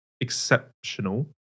exceptional